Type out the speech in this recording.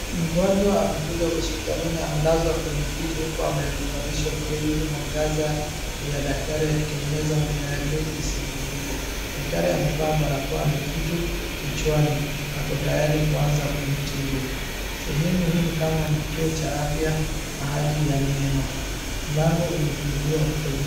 Mgonjwa amekuja hospitalini amelazwa kwenye kiti huku amevalishwa kioo ili mwangaza ya daktari akitengeneza meno yake isimuumize. Daktari amevaaa barakoa na kitu kichwani, ako tayari kuanza kumtibu. Sehemu hii ni kama ni kituo cha afya mahali ya meno. Mlango umefunguliwa huko nyuma.,